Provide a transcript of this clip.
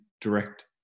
direct